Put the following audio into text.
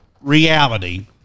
reality